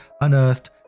unearthed